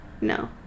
No